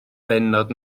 bennod